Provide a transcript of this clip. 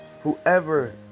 whoever